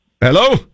Hello